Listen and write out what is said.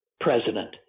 president